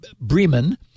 Bremen